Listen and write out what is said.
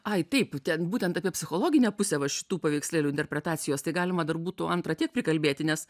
ai taip ten būtent apie psichologinę pusę va šitų paveikslėlių interpretacijos tai galima dar būtų antra tiek prikalbėti nes